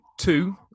two